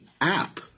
app